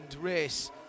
race